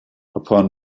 upon